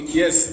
yes